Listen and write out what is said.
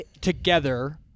together